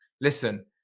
listen